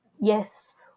Yes